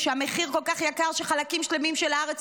שהמחיר כל כך יקר שחלקים שלמים של הארץ